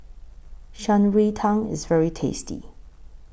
Shan Rui Tang IS very tasty